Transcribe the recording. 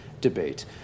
debate